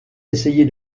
essayé